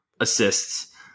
assists